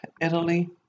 Italy